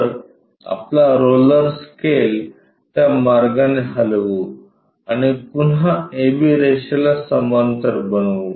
तर आपला roller scale त्या मार्गाने हलवू आणि पुन्हा ab रेषेला समांतर बनवू